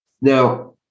Now